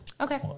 Okay